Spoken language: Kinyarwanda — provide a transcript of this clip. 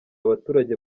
abaturage